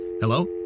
Hello